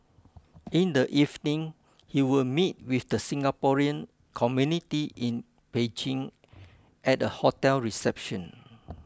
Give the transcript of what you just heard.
in the evening he will meet with the Singaporean community in Beijing at a hotel reception